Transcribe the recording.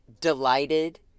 delighted